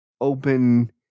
open